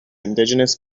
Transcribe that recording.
indigenous